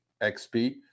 xp